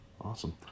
Awesome